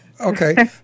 Okay